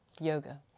yoga